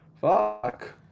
Fuck